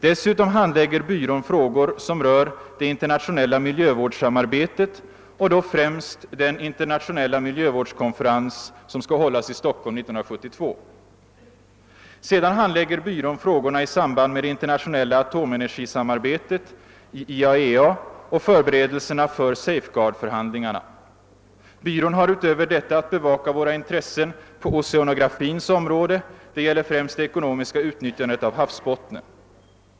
Dessutom handlägger byrån frågor som rör det internationella miljövårdssamarbetet och då främst den internationella miljövårdskonferens som skall hållas i Stockholm 1972. Sedan handlägger byrån frågor i samband med det internationella atomenergisamarbetet i IAEA och förberedelserna för safeguardförhandlingarna. Byrån har utöver detta att bevaka våra intressen på oceanografins område; det gäller främst det ekonomiska utnyttjandet av havsbottnen.